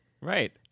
Right